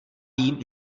vím